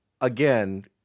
again